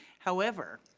however,